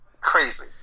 crazy